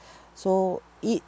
so it